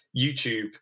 YouTube